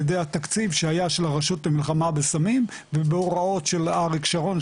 על ידי התקציב שהיה של הרשות למלחמה בסמים ובהוראות של אריק שרון,